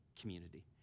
community